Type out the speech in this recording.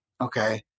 Okay